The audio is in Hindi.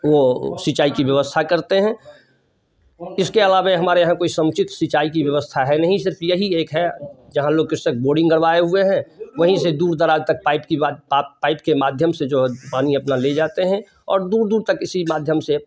वो सिंचाई की व्यवस्था करतें हैं इसके अलावे हमारे यहाँ कोई समुचित सिंचाई की व्यवस्था है नहीं सिर्फ यही एक है जहाँ लोग कृषक बोरिंग गड़वाए हुए हैं वहीं से दूर दराज तक पाइप की बात पाइप के माध्यम से जो है पानी अपना ले जाते हैं और दूर दूर तक इसी माध्यम से